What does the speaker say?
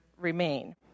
remain